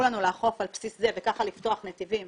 לנו לאכוף על בסיס זה וככה לפתוח נתיבים